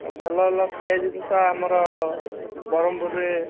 ଭଲ ଭଲ ଖାଇବା ଜିନିଷ ଆମର ବ୍ରହ୍ମପୁରରେ